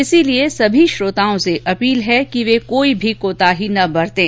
इसलिए सभी श्रोताओं से अपील है कि कोई भी कोताही न बरतें